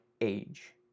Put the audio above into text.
age